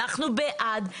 אנחנו בעד.